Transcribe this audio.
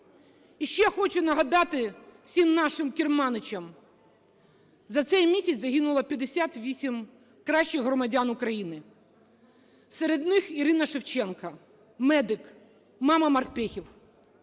І ще хочу нагадати всім нашим керманичам. За цей місяць загинуло 58 кращих громадян України. Серед них Ірина Шевченко, медик, "мама морпєхів".